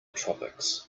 tropics